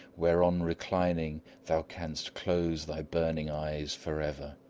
whereon reclining thou canst close thy burning eyes forever.